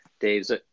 Dave's